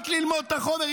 רק ללמוד את החומר.